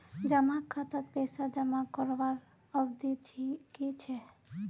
जमा खातात पैसा जमा करवार अवधि की छे?